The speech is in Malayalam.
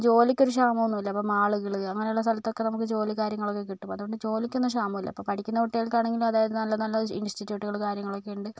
ജോലിക്ക് ഒരു ക്ഷാമമൊന്നുമില്ല അപ്പോൾ മാളുകൾ അങ്ങനെയുള്ള സ്ഥലത്തൊക്കെ നമുക്ക് ജോലിയും കാര്യങ്ങളും ഒക്കെ കിട്ടും അതുകൊണ്ട് ജോലിക്കൊന്നും ക്ഷാമമില്ല ഇപ്പോൾ പഠിക്കുന്ന കുട്ടികള്ക്കാണെങ്കിലും അതായത് നല്ല നല്ല ഇന്സ്റ്റിട്ട്യൂട്ടുകള് കാര്യങ്ങളൊക്കെ ഉണ്ട്